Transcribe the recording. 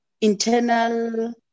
internal